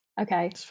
okay